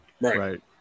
right